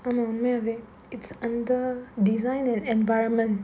ஆமா உண்மையாவே:aamma unmaiyaavae it's under design and environment